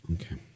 Okay